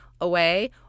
away